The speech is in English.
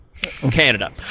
Canada